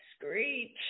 screech